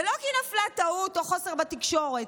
ולא כי נפלה טעות או חוסר בתקשורת,